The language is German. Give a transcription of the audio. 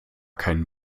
keinen